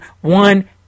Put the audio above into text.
one